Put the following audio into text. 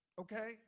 Okay